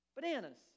bananas